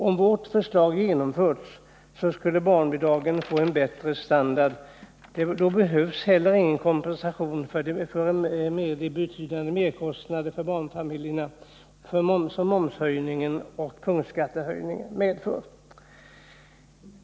Om vårt förslag genomfördes skulle barnfamiljerna få en bättre standard. Då skulle det inte heller behövas någon kompensation för de merkostnader för barnfamiljerna som momshöjningen och punktskattehöjningen medför.